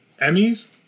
Emmys